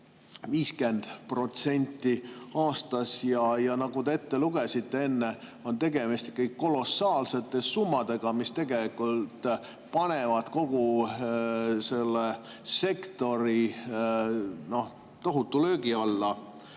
50% aastas. Nagu te enne ette lugesite, on tegemist ikkagi kolossaalsete summadega, mis tegelikult panevad kogu selle sektori tohutu löögi alla.